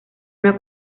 una